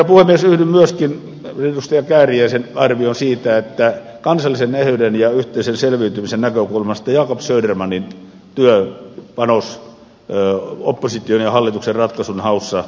yhdyn myöskin edustaja kääriäisen arvioon siitä että kansallisen eheyden ja yhteisen selviytymisen näkökulmasta jacob södermanin työpanos opposition ja hallituksen ratkaisun haussa on tunnustuksen arvoista